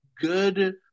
good